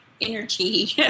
energy